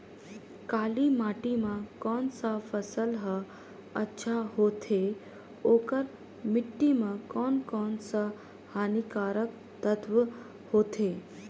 काली माटी मां कोन सा फसल ह अच्छा होथे अउर माटी म कोन कोन स हानिकारक तत्व होथे?